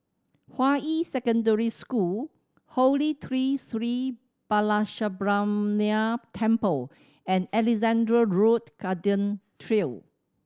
Hua Yi Secondary School Holy Tree Sri Balasubramaniar Temple and Alexandra Road Garden Trail